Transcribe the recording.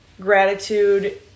gratitude